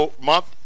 month